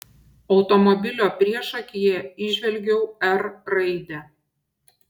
automobilio priešakyje įžvelgiau r raidę